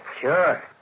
Sure